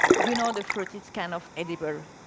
you know the fruit is kind of edible.